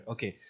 Okay